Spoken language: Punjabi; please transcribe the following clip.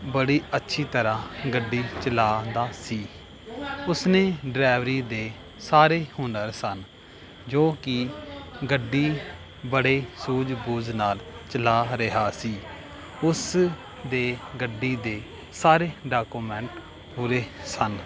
ਬੜੀ ਅੱਛੀ ਤਰ੍ਹਾਂ ਗੱਡੀ ਚਲਾਉਂਦਾ ਸੀ ਉਸਨੇ ਡਰਾਈਵਰੀ ਦੇ ਸਾਰੇ ਹੁਨਰ ਸਨ ਜੋ ਕਿ ਗੱਡੀ ਬੜੇ ਸੂਝ ਬੂਝ ਨਾਲ ਚਲਾ ਰਿਹਾ ਸੀ ਉਸ ਦੇ ਗੱਡੀ ਦੇ ਸਾਰੇ ਡਾਕੂਮੈਂਟ ਪੂਰੇ ਸਨ